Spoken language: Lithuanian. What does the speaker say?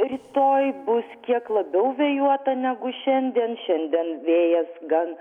rytoj bus kiek labiau vėjuota negu šiandien šiandien vėjas gan